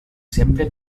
sempre